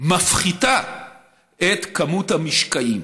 מפחיתה את כמות המשקעים.